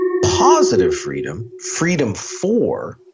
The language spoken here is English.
positive freedom. freedom for